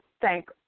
thank